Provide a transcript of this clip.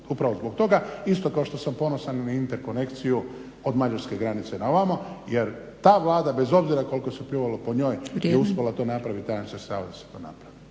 upravo zbog toga, isto kao što sam ponosan na interkonekciju od mađarske granice na ovamo jer ta Vlada bez obzira koliko se pljuvalo po njoj … …/Upadica Zgrebec: Vrijeme./… … je uspjela to napraviti,